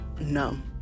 numb